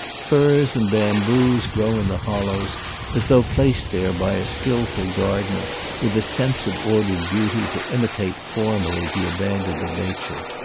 firs and bamboos grow in the hollows as though placed there by a skilful gardener with a sense of ordered beauty to imitate formally the abandon of nature.